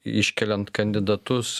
iškeliant kandidatus